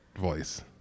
voice